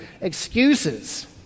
excuses